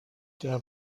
der